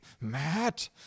matt